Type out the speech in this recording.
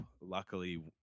luckily